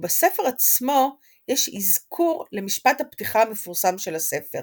ובספר עצמו יש אזכור למשפט הפתיחה המפורסם של הספר